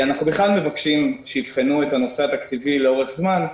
אנחנו בכלל מבקשים שיבחנו את הנושא התקציבי לאורך זמן.